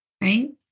right